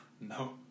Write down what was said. No